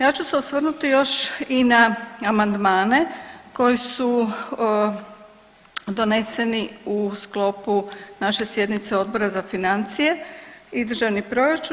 Ja ću se osvrnuti još i na amandmane koji su doneseni u sklopu naše sjednice Odbora za financije i državni proračun.